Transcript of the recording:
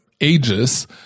ages